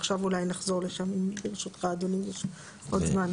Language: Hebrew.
עכשיו אולי נחזור לשם, אם יש ברשותך עוד זמן.